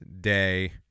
day